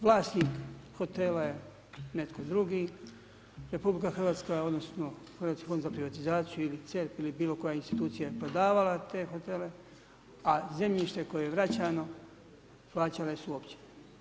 Vlasnik hotela je netko drugi, RH odnosno Hrvatski fond za privatizaciju ili CERP ili boja koja institucija koja je davala te hotele a zemljište koje je vraćano, plaćale su općine.